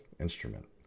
instrument